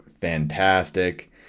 fantastic